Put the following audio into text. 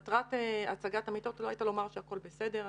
מטרת הצגת המיטות לא הייתה לומר שהכול בסדר.